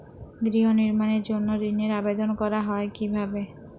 গৃহ নির্মাণের জন্য ঋণের আবেদন করা হয় কিভাবে?